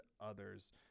others